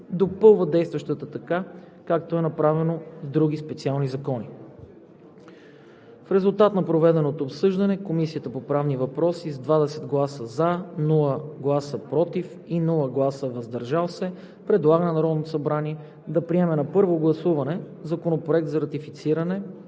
допълва действащата така, както е направено в други специални закони. В резултат на проведеното обсъждане Комисията по правни въпроси с 20 гласа „за“, без гласове „против“ и „въздържал се“ предлага на Народното събрание да приеме на първо гласуване Законопроект за предоставяне